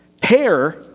Pair